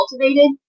cultivated